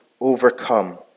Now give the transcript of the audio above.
overcome